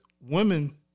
women